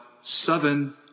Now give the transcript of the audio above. seven